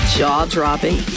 jaw-dropping